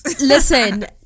Listen